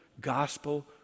gospel